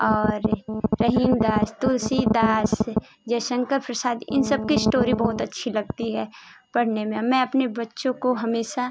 और रहीम दास तुलसी दास जयशंकर प्रसाद इन सबकी इश्टोरी बहुत अच्छी लगती है पढ़ने में मैं अपने बच्चों को हमेशा